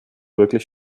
wirklich